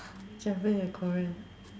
traveling to Korea